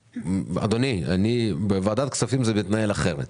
אדוני, בוועדת הכספים זה מתנהל אחרת.